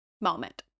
moment